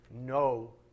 no